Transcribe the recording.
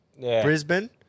Brisbane